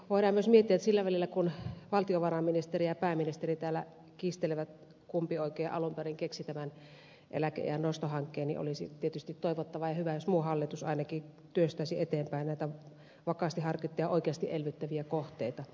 voidaan myös miettiä että sillä välillä kun valtiovarainministeri ja pääministeri täällä kiistelevät siitä kumpi oikein alun perin keksi tämän eläkeiän nostohankkeen niin olisi tietysti toivottavaa ja hyvä jos muu hallitus ainakin työstäisi eteenpäin näitä vakaasti harkittuja ja oikeasti elvyttäviä kohteita